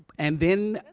and then,